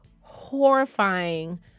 horrifying